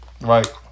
Right